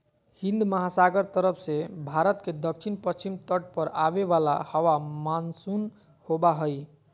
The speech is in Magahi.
हिन्दमहासागर तरफ से भारत के दक्षिण पश्चिम तट पर आवे वाला हवा मानसून होबा हइ